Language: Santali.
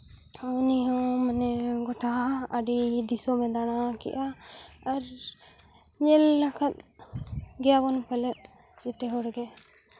ᱩᱱᱤ ᱦᱚᱸ ᱢᱟᱱᱮ ᱜᱳᱴᱟ ᱟᱹᱰᱤ ᱫᱤᱥᱚᱢᱮ ᱫᱟᱬᱟ ᱠᱮᱫᱼᱟ ᱟᱨ ᱧᱮᱞ ᱟᱠᱟᱫ ᱜᱮᱭᱟᱵᱚᱱ ᱯᱟᱞᱮᱫ ᱡᱚᱛᱚ ᱦᱚᱲ ᱜᱮ